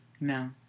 No